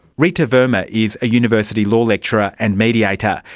rita verma is a university law lecturer and mediator.